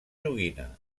joguina